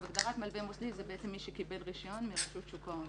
הגדרת מלווה מוסדי זה מי שקיבל רישיון מרשות שוק ההון.